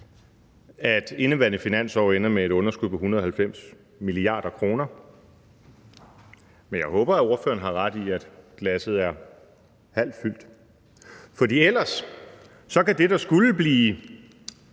at indeværende finansår ender med et underskud på 190 mia. kr. Men jeg håber, at ordføreren har ret i, at glasset er halvt fyldt. For ellers kan det, der skulle blive